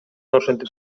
ошентип